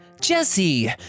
jesse